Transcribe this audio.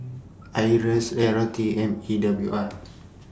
IRAS L R T and E W R